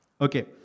Okay